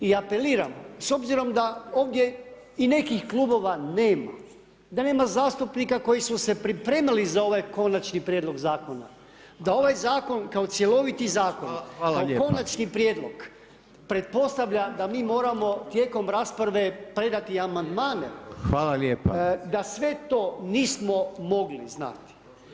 I apeliram, s obzirom da ovdje i nekih klubova nema, da nema zastupnika koji su se pripremali za ovaj Konačni prijedlog Zakona, da ovaj Zakon kao cjeloviti Zakon [[Upadica: Hvala lijepa]] kao Konačni prijedlog pretpostavlja da mi moramo tijekom rasprave predati Amandmane [[Upadica: Hvala lijepa]] da sve to nismo mogli znati.